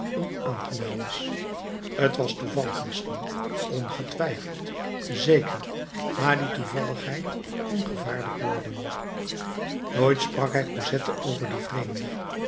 valjean onaangenaam was t was toevallig misschien ongetwijfeld zeker maar die toevalligheid kon gevaarlijk worden nooit sprak hij cosette over dien vreemde